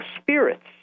spirits